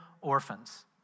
orphans